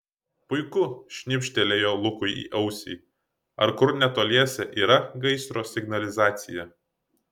puiku šnibžtelėjo lukui į ausį ar kur netoliese yra gaisro signalizacija